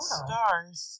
stars